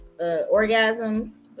orgasms